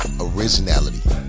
originality